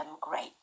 great